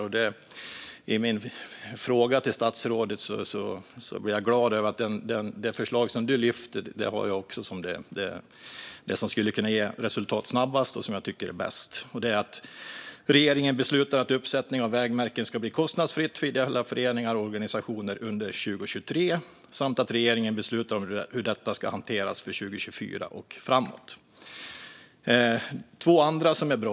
När det gäller min fråga till statsrådet blir jag glad över att det förslag som han lyfter är det som jag också tycker är bäst och som skulle kunna ge resultat snabbast. Det är förslaget om att regeringen ska besluta att uppsättning av vägmärken ska bli kostnadsfritt för ideella föreningar och organisationer under 2023 samt att regeringen ska besluta om hur detta ska hanteras för 2024 och framåt. Det finns två andra som är bra.